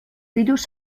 pillos